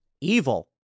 evil